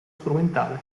strumentale